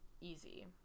easy